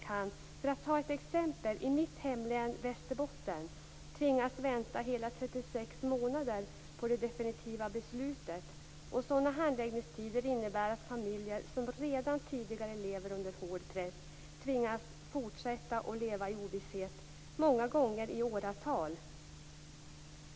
Den som överklagar ett beslut till länsrätten kan tvingas vänta hela 36 månader på det definitiva beslutet. Sådana handläggningstider innebär att familjer som redan tidigare lever under hård press tvingas fortsätta att leva i ovisshet, många gånger i åratal.